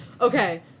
Okay